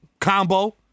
Combo